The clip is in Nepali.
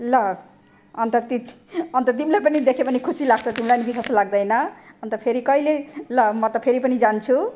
ल अन्त ती अन्त तिमीले पनि देखे भने खुसी लाग्छ तिमीलाई पनि विश्वास लाग्दैन अन्त फेरि कहिले ल म त फेरि पनि जान्छु